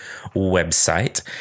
website